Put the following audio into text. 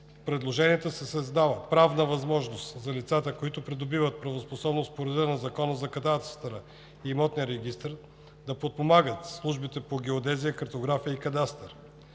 предложенията се създава правна възможност за лицата, които придобиват правоспособност по реда на Закона за кадастъра и имотния регистър, да подпомагат службите по геодезия, картография и кадастър.